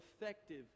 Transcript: effective